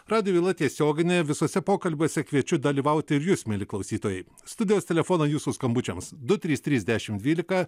radijo byla tiesioginė visuose pokalbiuose kviečiu dalyvauti ir jus mieli klausytojai studijos telefono jūsų skambučiams du trys trys dešimt dvylika